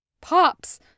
Pops